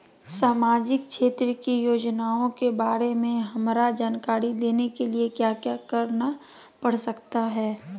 सामाजिक क्षेत्र की योजनाओं के बारे में हमरा जानकारी देने के लिए क्या क्या करना पड़ सकता है?